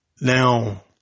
Now